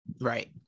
Right